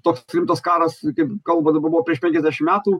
toks rimtas karas kaip kalba dabar buvo prieš penkiasdešim metų